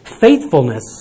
Faithfulness